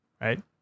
Right